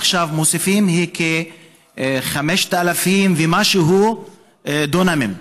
עכשיו מוסיפים כ-5,000 ומשהו דונמים.